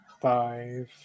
five